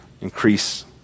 increase